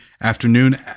afternoon